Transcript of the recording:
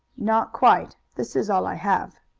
not quite. this is all i have.